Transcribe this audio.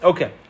Okay